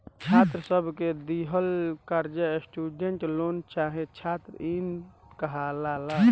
छात्र सब के दिहल कर्जा स्टूडेंट लोन चाहे छात्र इन कहाला